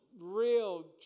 real